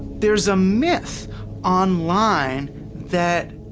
there's a myth online that